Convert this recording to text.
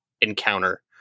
encounter